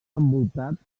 envoltat